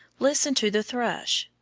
listen to the thrush.